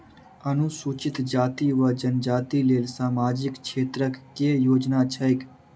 अनुसूचित जाति वा जनजाति लेल सामाजिक क्षेत्रक केँ योजना छैक?